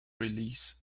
release